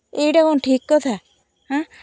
ଏଇଟା କ'ଣ ଠିକ୍ କଥା ହାଁ